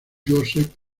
joseph